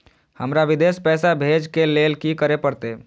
हमरा विदेश पैसा भेज के लेल की करे परते?